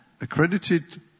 accredited